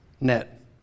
net